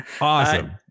awesome